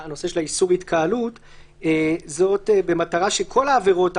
הנושא של איסור ההתקהלות הוא במטרה שכל העבירות,